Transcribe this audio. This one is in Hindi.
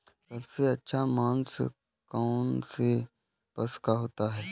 सबसे अच्छा मांस कौनसे पशु का होता है?